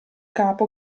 capo